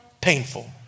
painful